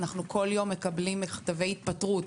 אנחנו כל יום מקבלים מכתבי התפטרות,